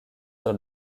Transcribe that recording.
sur